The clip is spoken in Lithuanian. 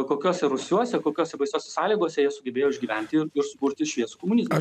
kokiuose rūsiuose kokiose baisiose sąlygose jie sugebėjo išgyventi ir sukurti šviesų komunizmą